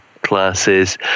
classes